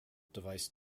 device